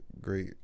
Great